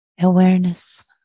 awareness